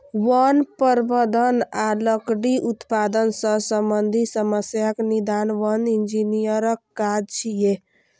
वन प्रबंधन आ लकड़ी उत्पादन सं संबंधित समस्याक निदान वन इंजीनियरक काज छियै